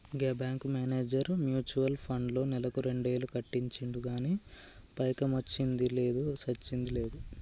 గా bank manager mutual ఫండ్లో నెలకు రెండేలు కట్టించిండు గానీ పైకమొచ్చ్చింది లేదు, సచ్చింది లేదు